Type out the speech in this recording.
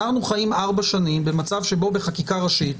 אנחנו חיים ארבע שנים במצב שבו בחקיקה הראשית